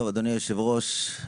אדוני היושב-ראש,